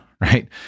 right